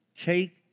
Take